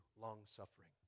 long-suffering